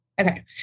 Okay